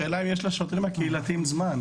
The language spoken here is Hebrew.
השאלה היא האם יש לשוטרים הקהילתיים זמן.